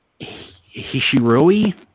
Hishiroi